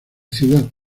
ciudad